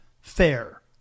fair